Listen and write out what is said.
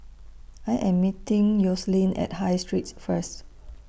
I Am meeting Yoselin At High Street First